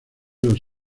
los